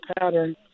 pattern